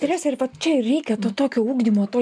terese ir vat čia ir reikia to tokio ugdymo to